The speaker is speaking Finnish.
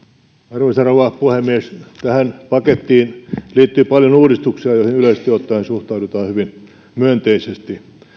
arvoisa rouva puhemies tähän pakettiin liittyy paljon uudistuksia joihin yleisesti ottaen suhtaudutaan hyvin myönteisesti